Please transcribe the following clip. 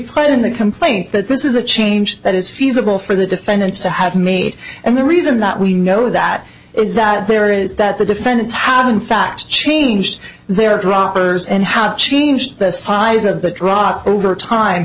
played in the complaint that this is a change that is feasible for the defendants to have meet and the reason that we know that is that there is that the defendants have in fact changed their droppers and have changed the size of the drop over time